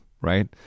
right